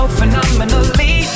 phenomenally